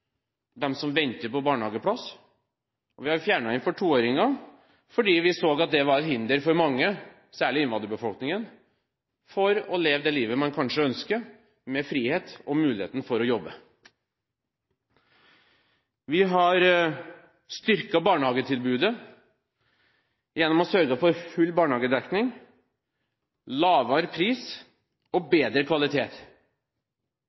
dem som venter på barnehageplass, og vi har fjernet den for toåringer, fordi vi så at den var et hinder for mange, særlig for innvandrerbefolkningen, til å leve det livet man ønsker med frihet og muligheten for å jobbe. Vi har styrket barnehagetilbudet gjennom å sørge for full barnehagedekning, lavere pris og